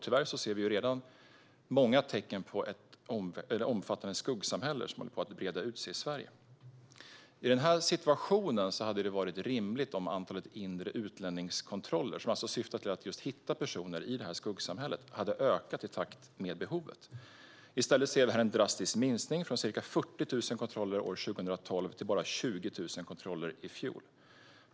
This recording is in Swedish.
Tyvärr ser vi redan många tecken på ett omfattande skuggsamhälle som håller på att breda ut sig i Sverige. I den situationen hade det varit rimligt om antalet inre utlänningskontroller, som alltså syftar till att just hitta personer i skuggsamhället, ökade i takt med behovet. I stället ser vi här en drastisk minskning, från ca 40 000 kontroller år 2012 till bara 20 000 kontroller i fjol.